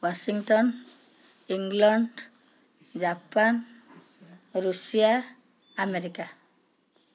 Washington England Japan Russia America